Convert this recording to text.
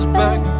back